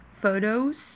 photos